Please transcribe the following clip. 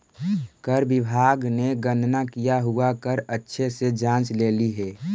कर विभाग ने गणना किया हुआ कर अच्छे से जांच लेली हे